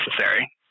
necessary